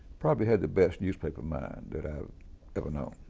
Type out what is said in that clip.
probably had the best newspaper mind that i've ever known.